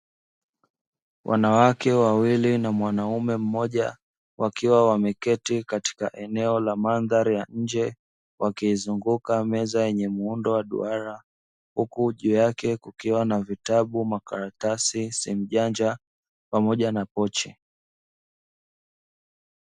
Wanawake wawili na mwanaume mmoja wakiwa wameketi katika eneo la mandhari ya nje, wakiizunguka meza yenye muundo wa duara, huku juu yake kukiwa na vitabu, makaratasi, simu janja pamoja na pochi.